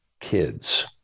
kids